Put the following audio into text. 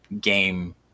game